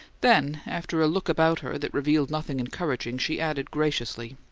then, after a look about her that revealed nothing encouraging, she added graciously,